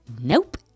Nope